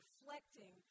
reflecting